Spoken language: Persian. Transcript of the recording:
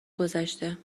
گذشته